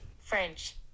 French